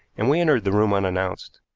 and we entered the room unannounced.